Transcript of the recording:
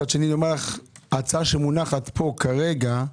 מצד שני, ההצעה שמונחת פה כרגע,